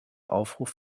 aufruf